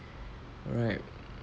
alright